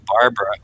Barbara